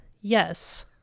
yes